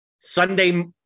Sunday